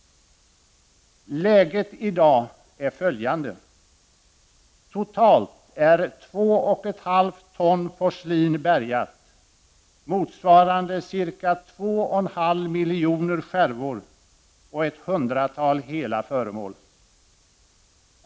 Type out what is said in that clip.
Läget i dag är följande: totalt är 2,5 ton porslin bärgat, motsvarande ca 2,5 miljon skärvor och ett hundratal hela föremål.